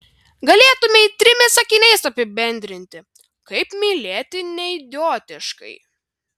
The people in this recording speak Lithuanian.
galėtumei trimis sakiniais apibendrinti kaip mylėti neidiotiškai